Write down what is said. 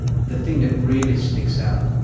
the thing that really sticks out,